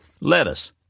Lettuce